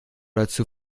dazu